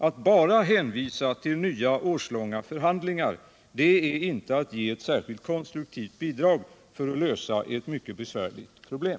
Att bara hänvisa till nya årslånga förhandlingar är inte att ge ett särskilt konstruktivt bidrag för att lösa ett mycket besvärligt problem.